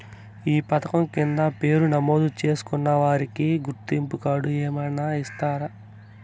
ఈ పథకం కింద పేరు నమోదు చేసుకున్న వారికి గుర్తింపు కార్డు ఏదైనా ఇస్తారా?